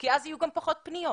כי אז יהיו גם פחות פניות.